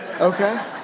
okay